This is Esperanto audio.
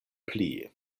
pli